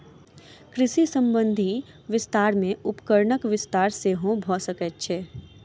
कृषि संबंधी विस्तार मे उपकरणक विस्तार सेहो भ सकैत अछि